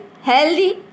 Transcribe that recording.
healthy